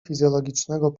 fizjologicznego